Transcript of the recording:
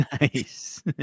Nice